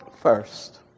first